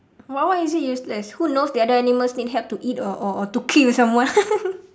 but why is it useless who knows the other animals need help to eat or or or to kill someone